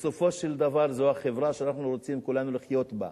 בסופו של דבר זו החברה שאנחנו רוצים כולנו לחיות בה.